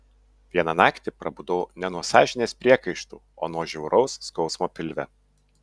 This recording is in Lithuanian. vieną naktį prabudau ne nuo sąžinės priekaištų o nuo žiauraus skausmo pilve